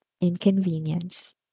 inconvenience